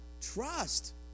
Trust